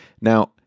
Now